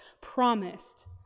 promised